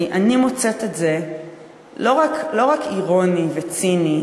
כי אני מוצאת את זה לא רק אירוני וציני,